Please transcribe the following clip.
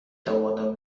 توانم